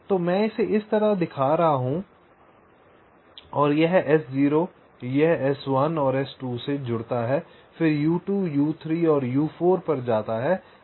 तो मैं इसे इस तरह दिखा रहा हूं यह नोड शायद 1 और यह S0 और यह S1 और S2 से जुड़ता है फिर U2 U3 और U4 पर जाता है